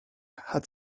had